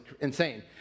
insane